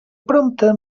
prompte